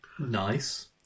Nice